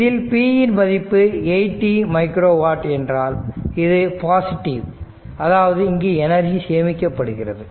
இதில் pன் மதிப்பு 8t மைக்ரோ வாட் என்றால் இது பாசிட்டிவ் அதாவது இங்கு எனர்ஜி சேமிக்கப்படுகிறது